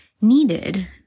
needed